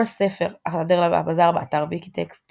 כל הספר הקתדרלה והבזאר, באתר ויקיטקסט